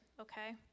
okay